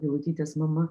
vilutytės mama